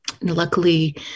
luckily